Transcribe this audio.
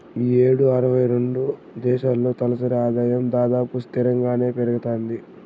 ఈ యేడు అరవై రెండు దేశాల్లో తలసరి ఆదాయం దాదాపు స్తిరంగానే పెరగతాంది